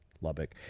Lubbock